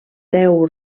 deu